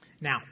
Now